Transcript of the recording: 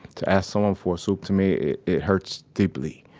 to ask someone for a soup to me, it hurts deeply.